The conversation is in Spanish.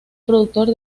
productor